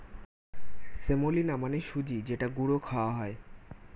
semolina মানে সুজি যেটা গুঁড়ো খাওয়া হয়